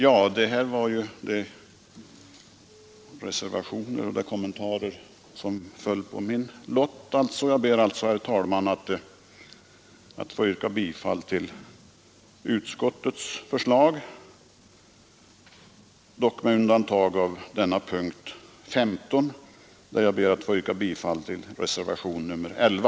Nu har jag redogjort för de reservationer och kommentarer som föll på min lott, och jag ber, herr talman, att få yrka bifall till utskottets förslag, dock med undantag av punkten 15 där jag ber att få yrka bifall till reservationen 11.